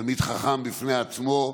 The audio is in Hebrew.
תלמיד חכם בפני עצמו,